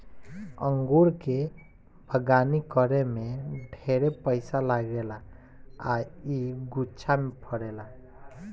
अंगूर के बगानी करे में ढेरे पइसा लागेला आ इ गुच्छा में फरेला